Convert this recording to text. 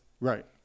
Right